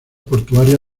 portuaria